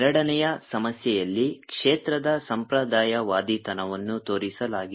ಎರಡನೆಯ ಸಮಸ್ಯೆಯಲ್ಲಿ ಕ್ಷೇತ್ರದ ಸಂಪ್ರದಾಯವಾದಿತನವನ್ನು ತೋರಿಸಲಾಗಿದೆ